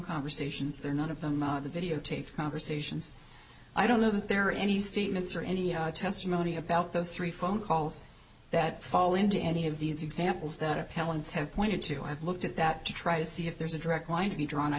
conversations there are none of them out of the video taped conversations i don't know that there are any statements or any testimony about those three phone calls that fall into any of these examples that appellant's have pointed to have looked at that to try to see if there's a direct line to be drawn i